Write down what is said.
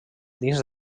dins